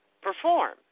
perform